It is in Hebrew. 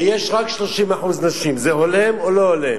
ויש רק 30% נשים, זה הולם או לא הולם?